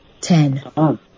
Ten